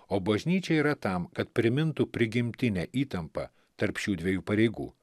o bažnyčia yra tam kad primintų prigimtinę įtampą tarp šių dviejų pareigų